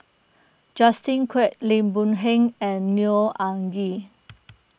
Justin Quek Lim Boon Heng and Neo Anngee